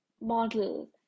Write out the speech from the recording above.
model